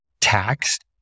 taxed